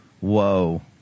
whoa